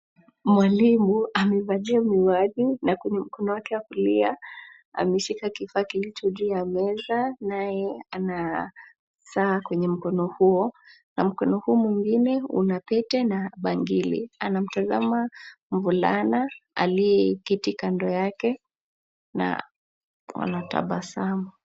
Mwalimu amevalia miwani na kwenye mkono wake wa kulia, ameshika kifaa kilicho juu ya meza naye ana saa kwenye mkono huo na mkono huo mwingine una pete na bangili. Anamtazama mvulana aliyeketi kando yake na wanatabasamu.